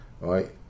right